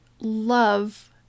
love